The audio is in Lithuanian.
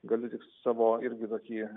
galiu tik savo irgi tokį